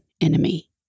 enemy